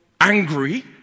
angry